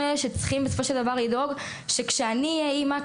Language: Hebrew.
אנחנו אלה שצריכים בסופו של דבר לדאוג שכאשר אני אהיה אימא,